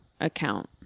account